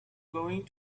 going